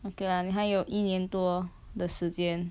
okay lah 你还有一年多的时间